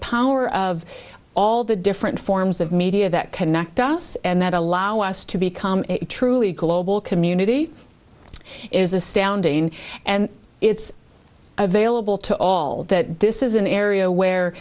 power of all the different forms of media that connect us and that allow us to become a truly global community is astounding and it's available to all that this is an area where